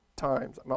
Times